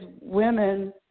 women